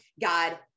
God